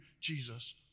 Jesus